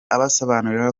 abasobanurira